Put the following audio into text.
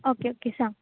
okay okay सांग